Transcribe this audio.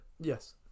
Yes